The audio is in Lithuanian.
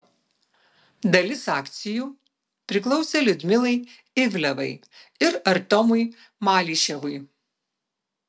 dalis akcijų priklausė liudmilai ivlevai ir artiomui malyševui